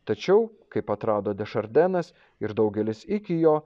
tačiau kaip atrado dešardenas ir daugelis iki jo